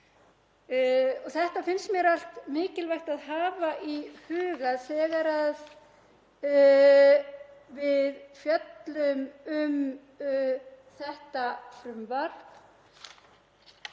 Þetta finnst mér allt mikilvægt að hafa í huga þegar við fjöllum um þetta frumvarp